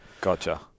Gotcha